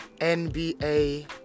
nba